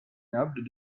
noble